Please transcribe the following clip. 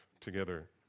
together